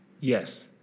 Yes